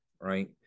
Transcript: right